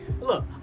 look